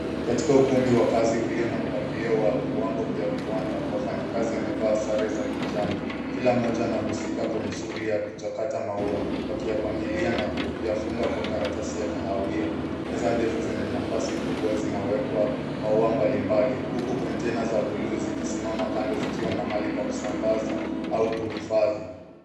Katika Ukumbi wa kazi ulio na mpangilio wa viwango vya viwanda wafanye kazi wamevaa sare za kijani. Kila moja anahusika kwenye shughuli ya kuchakata mau wakiyapangilia na yafunga kwa karatasi ya kahawia. Meza ndefu zenye nafasi kubwa zinawekwa mau mbali mbali huku container za bluu zikisimama kando zikiwa mahali za kusambaza au kuhifadi.